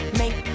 make